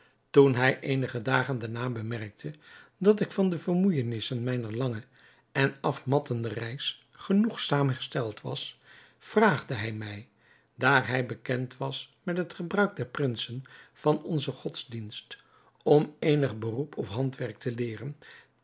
toen hij eenige dagen daarna bemerkte dat ik van de vermoeijenissen mijner lange en afmattende reis genoegzaam hersteld was vraagde hij mij daar hij bekend was met het gebruik der prinsen van onze godsdienst om eenig beroep of handwerk te leeren